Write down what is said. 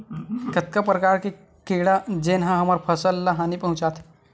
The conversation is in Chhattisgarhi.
कतका प्रकार के कीड़ा जेन ह हमर फसल ल हानि पहुंचाथे?